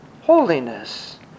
holiness